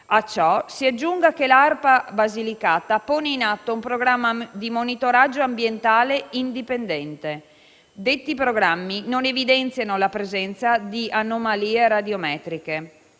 A ciò si aggiunga che l'ARPA Basilicata pone in atto un programma di monitoraggio ambientale indipendente. Detti programmi non evidenziano la presenza di anomalie radiometriche.